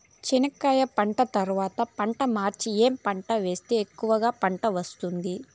చెనక్కాయ పంట తర్వాత పంట మార్చి ఏమి పంట వేస్తే ఎక్కువగా పంట వస్తుంది?